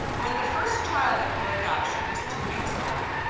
when the first child of her adoption was two weeks old,